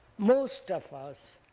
most of us